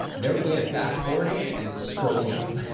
their way of fast-forwarding it, is scrolling up,